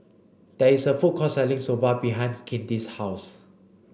there is a food court selling Soba behind Kinte's house